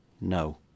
No